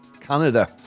Canada